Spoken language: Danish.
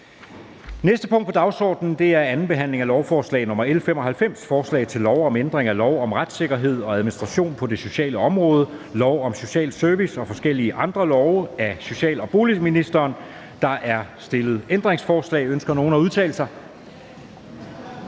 næste punkt på dagsordenen er: 35) 2. behandling af lovforslag nr. L 95: Forslag til lov om ændring af lov om retssikkerhed og administration på det sociale område, lov om social service og forskellige andre love. (Handlekommune for børn, der hjælpes tilbage til Danmark af danske